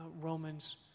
Romans